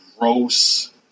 gross